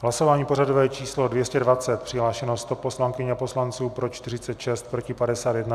Hlasování pořadové číslo 220, přihlášeno 100 poslankyň a poslanců, pro 46, proti 51.